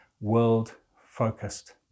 world-focused